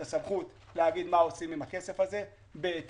הסמכות להגיד מה עושים עם הכסף הזה בהתאם.